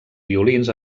violins